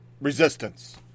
resistance